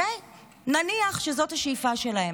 נניח שזאת השאיפה שלהם,